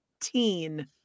teen